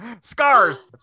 Scars